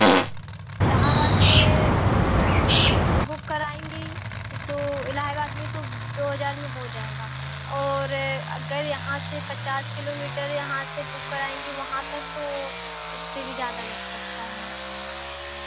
इलाहाबाद से बुक कराएँगी तो इलाहाबाद में तो दो हज़ार में हो जाएगा और अगर यहाँ से पचास किलोमीटर यहाँ से बुक कराएँगे वहाँ तक तो उससे भी ज़्यादा लग सकता है